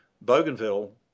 Bougainville